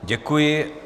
Děkuji.